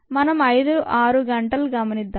మనం 5 6 గంటలు గమనిద్దాం